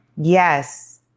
yes